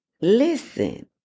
Listen